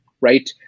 right